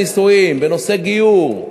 בנושא הנישואים, בנושא גיור,